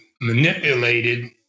manipulated